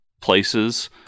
places